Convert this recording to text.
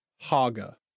Haga